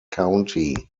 county